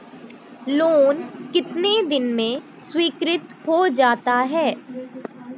Loan कितने दिन में स्वीकृत हो जाता है?